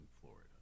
Florida